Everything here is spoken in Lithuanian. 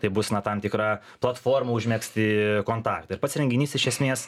tai bus na tam tikra platforma užmegzti kontaktą ir pats renginys iš esmės